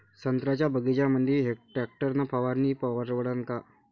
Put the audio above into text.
संत्र्याच्या बगीच्यामंदी टॅक्टर न फवारनी परवडन का?